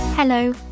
Hello